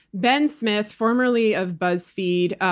ben smith, formerly of buzzfeed,